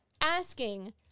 asking